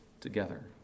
together